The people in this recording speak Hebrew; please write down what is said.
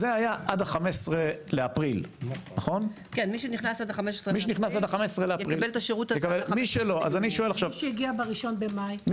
זה היה עד 15.4. מי שהגיע ב-1.5?